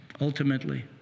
ultimately